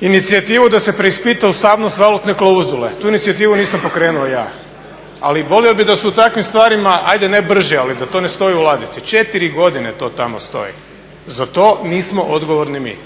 inicijativu da se preispita ustavnost valutne klauzule. Tu inicijativu nisam pokrenuo ja, ali volio bih da se u takvim stvarima ajde ne brže ali da ne stoji u ladici, 4 godine to tamo stoji. Za to nismo odgovorni mi.